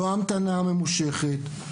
לא המתנה ממושכת,